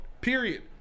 Period